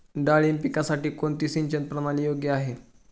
डाळिंब पिकासाठी कोणती सिंचन प्रणाली योग्य आहे?